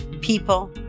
people